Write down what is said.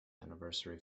anniversary